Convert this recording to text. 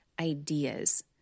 ideas